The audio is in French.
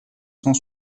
cent